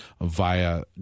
via